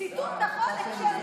הוא פשוט כותב כל כך טוב,